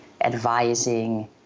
advising